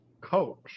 coach